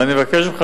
ואני מבקש ממך,